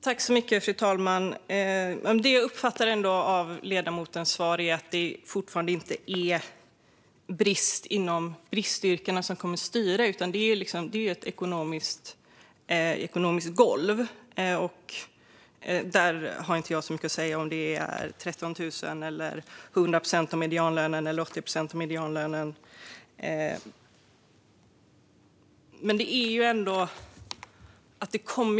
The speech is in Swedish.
Fru talman! Det jag uppfattar av ledamotens svar är att det fortfarande inte är brist inom bristyrkena som kommer att styra, utan det är ett ekonomiskt golv. Om det är 13 000 eller 100 procent eller 80 procent av medianlönen har jag inte så mycket att säga om.